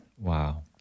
Wow